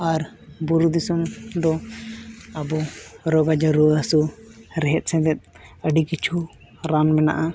ᱟᱨ ᱵᱩᱨᱩ ᱫᱤᱥᱚᱢ ᱫᱚ ᱟᱵᱚ ᱨᱳᱜᱽᱼᱟᱡᱟᱨ ᱨᱩᱣᱟᱹᱼᱦᱟᱹᱥᱩ ᱨᱮᱦᱮᱫᱼᱥᱮᱸᱫᱮᱛ ᱟᱹᱰᱤ ᱠᱤᱪᱷᱩ ᱨᱟᱱ ᱢᱮᱱᱟᱜᱼᱟ